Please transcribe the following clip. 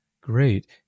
Great